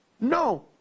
No